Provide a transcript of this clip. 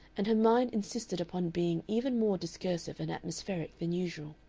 and her mind insisted upon being even more discursive and atmospheric than usual.